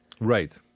Right